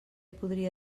podria